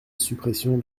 suppression